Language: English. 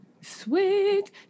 Sweet